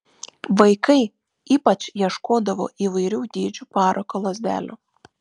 vaikai ypač ieškodavo įvairių dydžių parako lazdelių